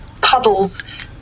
puddles